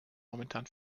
momentan